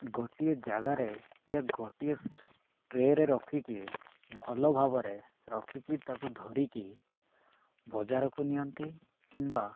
ଗୋଟିଏ ଜାଗାରେ ୟା ଗୋଟିଏ ଟ୍ରେରେ ରଖିକି ଭଲ ଭାବରେ ରଖିକି ତାକୁ ଧରିକି ବଜାରକୁ ନିଅନ୍ତି କିମ୍ବା